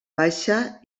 baixa